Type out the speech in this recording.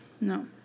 No